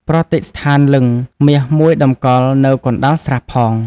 ប្រតិស្ឋានលិង្គមាសមួយតម្កល់នៅកណ្ដាលស្រះផង